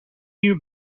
you